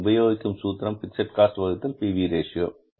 உபயோகிக்கும் சூத்திரம் fixed cost வகுத்தல் P V ratio PV Ratio